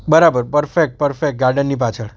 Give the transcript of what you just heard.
બરાબર perfect perfect ગાર્ડનની પાછળ